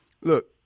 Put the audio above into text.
look